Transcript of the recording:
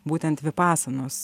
būtent vipasanos